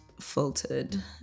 filtered